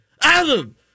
Adam